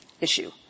issue